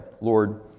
Lord